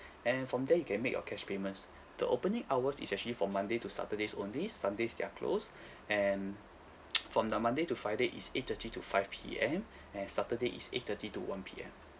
and then from there you can make your cash payments the opening hours is actually from monday to saturdays only sundays they're closed and from the monday to friday is eight thirty to five P_M and saturday is eight thirty to one P_M